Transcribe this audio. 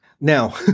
Now